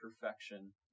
perfection